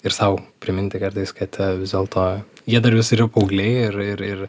ir sau priminti kartais kad vis dėlto jie dar vis yra paaugliai ir ir ir